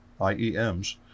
IEMs